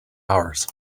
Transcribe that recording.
hours